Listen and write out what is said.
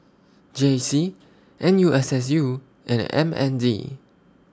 J C N U S S U and M N D